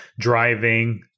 driving